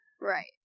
Right